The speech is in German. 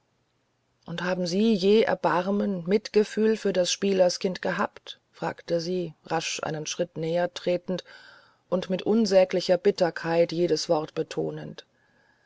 und haben sie je erbarmen mitgefühl für das spielerskind gehabt fragte sie rasch einen schritt näher tretend und mit unsäglicher bitterkeit jedes wort betonend